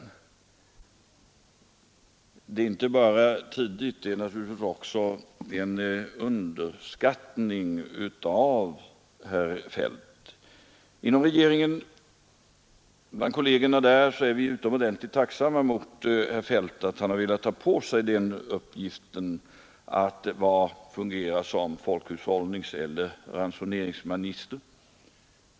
Det är inte bara tidigt, utan det är naturligtvis också en underskattning av herr Feldt. Inom regeringen är vi tacksamma mot herr Feldt för att han har velat ta på sig uppgiften att fungera som folkhushållningseller ransoneringsminister.